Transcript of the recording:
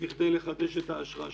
כדי לחדש את האשרה שלהם.